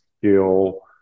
skill